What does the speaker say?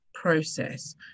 Process